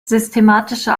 systematische